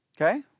Okay